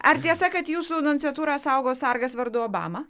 ar tiesa kad jūsų nunciatūrą saugo sargas vardu obama